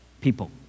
people